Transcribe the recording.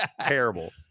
Terrible